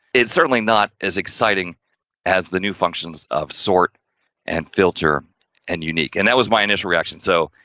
it's certainly not, as exciting as the new functions of sort and filter and unique and that was my initial reaction so,